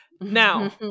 Now